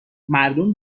مردم